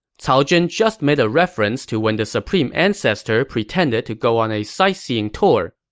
cao zhen just made a reference to when the supreme ancestor pretended to go on a sightseeing tour.